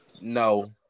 No